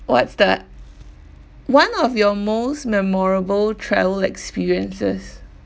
what's the one of your most memorable travel experiences